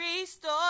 ReStore